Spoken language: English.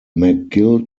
mcgill